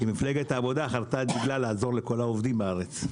מפלגת העבודה חרתה על דגלה לעזור לכל העובדים בארץ.